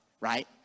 right